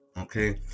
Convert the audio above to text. Okay